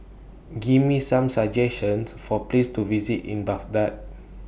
Give Me Some suggestions For Places to visit in Baghdad